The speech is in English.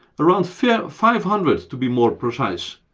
around five yeah five hundred to be more precise.